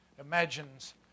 imagines